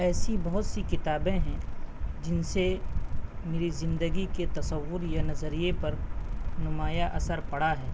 ایسی بہت سی کتابیں ہیں جن سے میری زندگی کے تصور یا نظریے پر نمایاں اثر پڑا ہے